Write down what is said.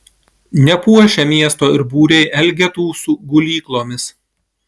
nepuošia miesto ir būriai elgetų su gulyklomis